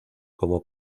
como